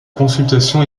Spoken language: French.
consultation